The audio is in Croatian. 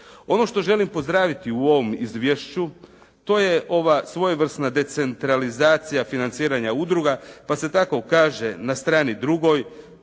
Ono što želim pozdraviti u ovom izvješću to je ova svojevrsna decentralizacija financiranja udruga pa se tkao kaže na strani 2